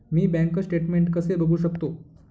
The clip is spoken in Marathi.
मी बँक स्टेटमेन्ट कसे बघू शकतो?